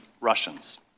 Russians